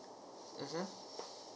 mmhmm